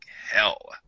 hell